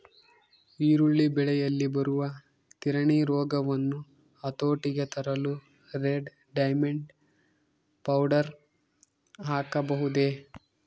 ಈರುಳ್ಳಿ ಬೆಳೆಯಲ್ಲಿ ಬರುವ ತಿರಣಿ ರೋಗವನ್ನು ಹತೋಟಿಗೆ ತರಲು ರೆಡ್ ಡೈಮಂಡ್ ಪೌಡರ್ ಹಾಕಬಹುದೇ?